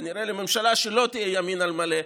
כנראה לממשלה שלא תהיה ימין על מלא,